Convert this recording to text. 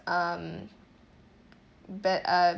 um ba~ uh